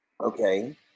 Okay